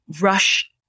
rush